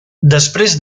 després